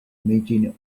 meeting